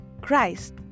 Christ